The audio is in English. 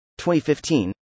2015